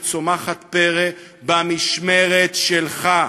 שצומחת פרא במשמרת שלך.